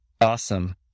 Awesome